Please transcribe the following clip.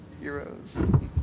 heroes